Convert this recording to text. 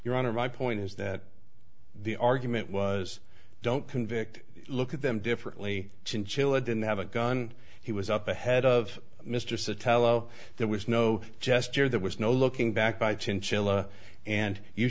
your honor my point is that the argument was don't convict look at them differently chinchilla didn't have a gun he was up ahead of mr so tell there was no gesture there was no looking back by chinchilla and you